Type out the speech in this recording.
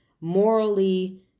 morally